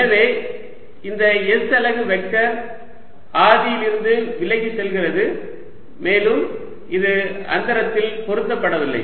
எனவே இந்த s அலகு வெக்டர் ஆதியிலிருந்து விலகிச் செல்கிறது மேலும் இது அந்தரத்தில் பொருத்தப்படவில்லை